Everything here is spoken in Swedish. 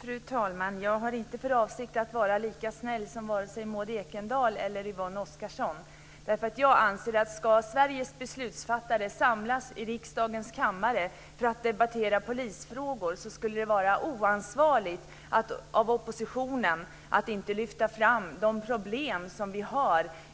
Fru talman! Jag har inte för avsikt att vara lika snäll som vare sig Maud Ekendahl eller Yvonne Oscarsson. Jag anser att när Sveriges beslutsfattare samlas i riksdagens kammaren för att debattera polisfrågor skulle det vara oansvarigt av oppositionen att inte lyfta fram de problem som finns